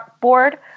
board